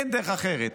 אין דרך אחרת.